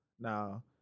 Now